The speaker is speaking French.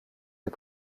des